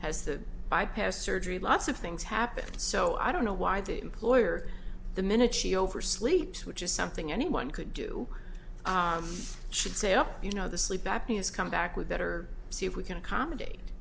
has the bypass surgery lots of things happened so i don't know why the employer the minute she oversleeps which is something anyone could do i should say oh you know the sleep apnea is come back with better see if we can accommodate